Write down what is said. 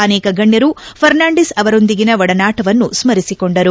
ಅನೇಕ ಗಣ್ಣರು ಫರ್ನಾಂಡಿಸ್ ಅವರೊಂದಿಗಿನ ಒಡನಾಟವನ್ನು ಸ್ಪರಿಸಿಕೊಂಡರು